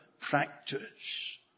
practice